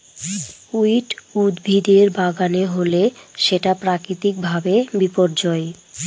weed উদ্ভিদের বাগানে হলে সেটা প্রাকৃতিক ভাবে বিপর্যয়